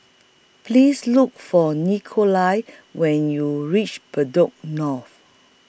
Please Look For Nikolai when YOU REACH Bedok North